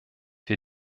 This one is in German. wir